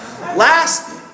last